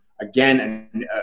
again